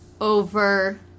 over